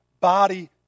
body